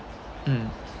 mm